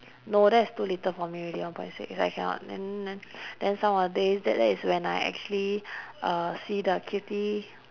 no that's too little for me already one point six I cannot then then then some of the days that that's when I actually uh see the cutie